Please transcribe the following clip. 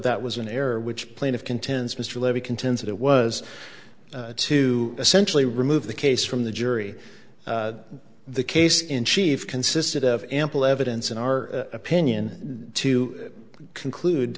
that was an error which plaintiff contends mr levy contends that it was to essentially remove the case from the jury the case in chief consisted of ample evidence in our opinion to conclude